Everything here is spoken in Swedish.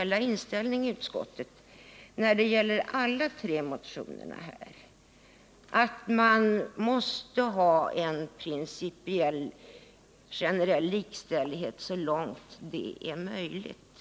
allmänna inställningen i utskottet när det gäller alla tre motionerna är att man måste ha en principieli generell likställighet så långt det är möjligt.